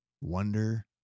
wonder